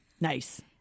Nice